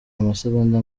amasegonda